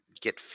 get